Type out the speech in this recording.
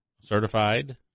certified